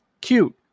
Cute